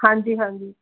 ਹਾਂਜੀ ਹਾਂਜੀ